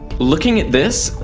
looking at this,